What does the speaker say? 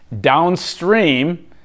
downstream